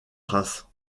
race